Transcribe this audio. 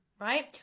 Right